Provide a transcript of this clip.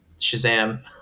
Shazam